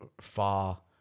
far